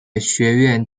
学院